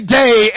day